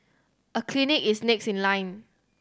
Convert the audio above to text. a clinic is next in line